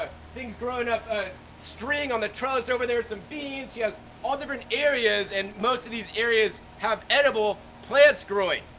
ah things growing up a string on the trellis over there, some beans she has all different areas and most of these areas have edible plants growing.